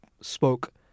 spoke